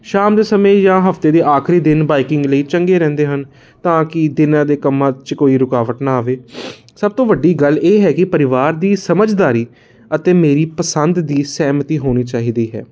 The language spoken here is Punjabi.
ਸ਼ਾਮ ਦੇ ਸਮੇਂ ਜਾਂ ਹਫ਼ਤੇ ਦੇ ਆਖਰੀ ਦਿਨ ਬਾਈਕਿੰਗ ਲਈ ਚੰਗੇ ਰਹਿੰਦੇ ਹਨ ਤਾਂ ਕਿ ਦਿਨਾਂ ਦੇ ਕੰਮਾਂ 'ਚ ਕੋਈ ਰੁਕਾਵਟ ਨਾ ਆਵੇ ਸਭ ਤੋਂ ਵੱਡੀ ਗੱਲ ਇਹ ਹੈ ਕਿ ਪਰਿਵਾਰ ਦੀ ਸਮਝਦਾਰੀ ਅਤੇ ਮੇਰੀ ਪਸੰਦ ਦੀ ਸਹਿਮਤੀ ਹੋਣੀ ਚਾਹੀਦੀ ਹੈ